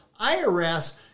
IRS